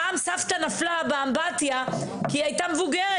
פעם סבתא נפלה באמבטיה כי היא הייתה מבוגרת.